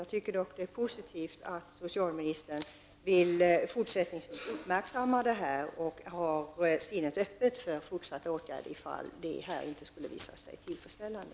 Jag tycker dock att det är positivt att socialministern i fortsättningen uppmärksammar problemet och har sinnet öppet för fortsatta åtgärder, om utvecklingen inte skulle bli tillfredsställande.